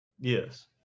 Yes